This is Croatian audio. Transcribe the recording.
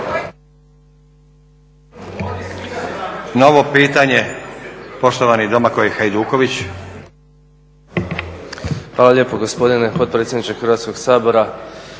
Novo pitanje poštovani Domagoj Hajduković.